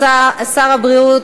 שר הבריאות,